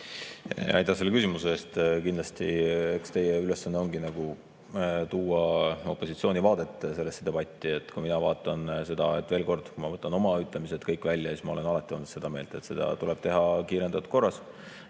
Aitäh selle küsimuse eest! Kindlasti teie ülesanne ongi tuua opositsiooni vaadet sellesse debatti. Kui mina vaatan seda, veel kord, ma võtan oma ütlemised kõik välja, siis ma olen alati olnud seda meelt, et seda tuleb teha kiirendatud korras.